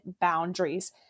boundaries